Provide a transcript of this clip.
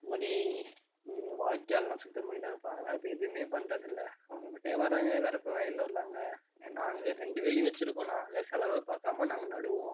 முன்னாடி வாய்க்காலெல்லாம் சுத்த பண்ணித்தான் வைப்பாங்க ஆனால் இப்போ எதுவுமே பண்ணுறது இல்லை அவங்கபாட்டே வராங்க வரப்பு வயலில் உள்ளவங்க நாங்களே ரெண்டு வேலி வச்சுருக்கோம் நாங்கள் செலவே பார்க்காம நாங்கள் நடுவோம்